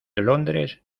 londres